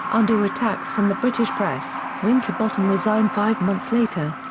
under attack from the british press, winterbottom resigned five months later.